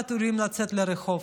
פחד אלוהים לצאת לרחוב,